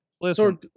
Listen